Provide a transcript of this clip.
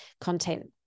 content